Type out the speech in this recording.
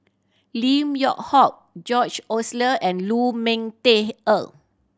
Lim Yew Hock George Oehler and Lu Ming Teh Earl